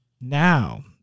now